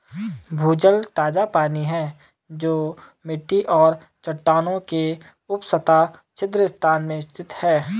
भूजल ताजा पानी है जो मिट्टी और चट्टानों के उपसतह छिद्र स्थान में स्थित है